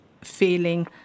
feeling